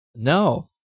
No